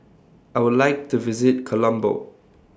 I Would like to visit Colombo